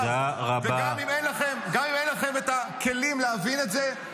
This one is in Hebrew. הממשלה לא יכולה לתפקד --- גם אם אין לכם את הכלים להבין את זה,